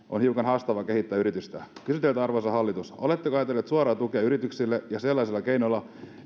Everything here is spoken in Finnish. on hiukan haastavaa kehittää yritystä kysyn teiltä arvoisa hallitus oletteko ajatelleet suoraa tukea yrityksille ja sellaisilla keinoilla